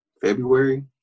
February